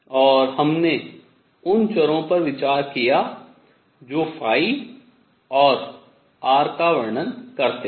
और हमने उन चरों पर विचार किया जो और r का वर्णन करते हैं